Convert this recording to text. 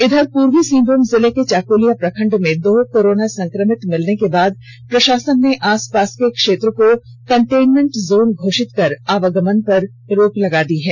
इधर प्रर्वी सिंहभूम जिले के चाकुलिया प्रखंड में दो कोरोना संक्रमित मिलने के बाद प्रषासन ने आस पास के क्षेत्र को कंटेनमेंट जोन घोषित कर आवागमन पर रोक लगा दी है